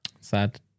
Sad